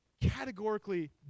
categorically